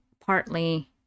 partly